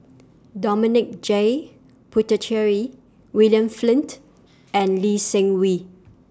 Dominic J Putecheary William Flint and Lee Seng Wee